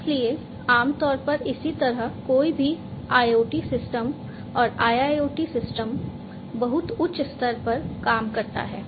इसलिए आमतौर पर इसी तरह कोई भी IoT सिस्टम और IIoT सिस्टम बहुत उच्च स्तर पर काम करता है